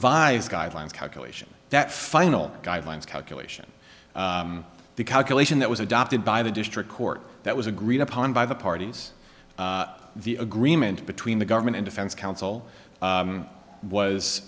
s guidelines calculation that final guidelines calculation the calculation that was adopted by the district court that was agreed upon by the parties the agreement between the government and defense counsel